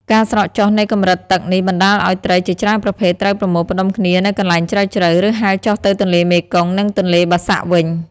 ការស្រកចុះនៃកម្រិតទឹកនេះបណ្តាលឱ្យត្រីជាច្រើនប្រភេទត្រូវប្រមូលផ្តុំគ្នានៅកន្លែងជ្រៅៗ ឬហែលចុះទៅទន្លេមេគង្គ និងទន្លេបាសាក់វិញ។